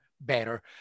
Better